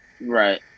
Right